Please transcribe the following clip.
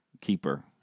keeper